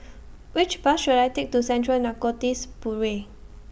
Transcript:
Which Bus should I Take to Central Narcotics Bureau